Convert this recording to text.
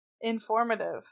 informative